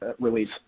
release